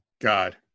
God